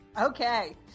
Okay